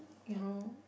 you know